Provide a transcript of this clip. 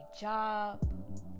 job